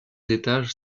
étages